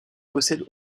possède